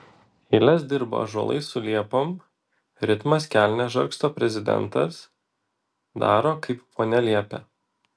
eiles dirba ąžuolai su liepom ritmas kelnes žargsto prezidentas daro kaip ponia liepia